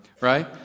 right